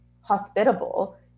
hospitable